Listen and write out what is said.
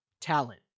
talent